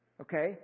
Okay